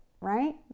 Right